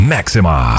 Maxima